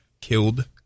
killed